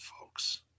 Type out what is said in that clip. folks